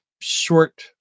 short